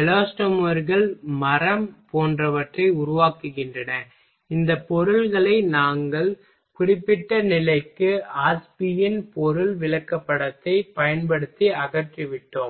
எலாஸ்டோமர்கள் மரம் போன்றவற்றை உருவாக்குகின்றன இந்த பொருள்களை நாங்கள் குறிப்பிட்ட நிலைக்கு ஆஷ்பியின் பொருள் விளக்கப்படத்தைப் பயன்படுத்தி அகற்றிவிட்டோம்